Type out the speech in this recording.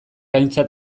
aintzat